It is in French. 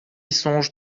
songe